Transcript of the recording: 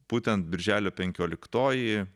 būtent birželio penkioliktoji